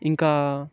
ఇంకా